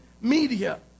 media